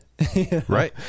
Right